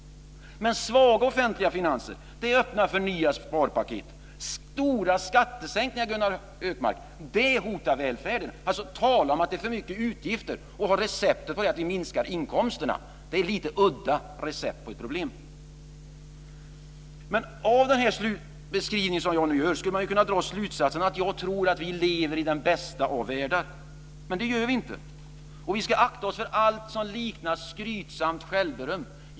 Men svaga offentliga finanser öppnar för nya sparpaket. Stora skattesänkningar hotar välfärden, Gunnar Hökmark. Gunnar Hökmark talar om att vi har för mycket utgifter och lämnar receptet att vi ska minska inkomsterna. Det är ett lite udda recept på problemet. Av den beskrivning som jag nu gör skulle man kunna dra slutsatsen att jag tror att vi lever i den bästa av världar. Men det gör vi inte. Vi ska akta oss för allt som liknar skrytsamt självberöm.